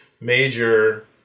major